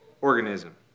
organism